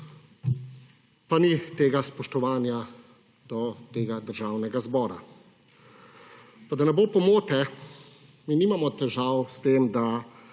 pa ni tega spoštovanja do tega Državnega zbora. Pa, da ne bo pomote, mi nimamo težav s tem, da